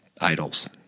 idols